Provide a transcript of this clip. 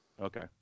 Okay